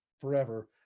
forever